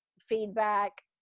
feedback